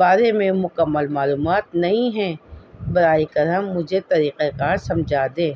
بارے میں مکمل معلومات نہیں ہیں براہ کرم مجھے طریقہ کار سمجھا دیں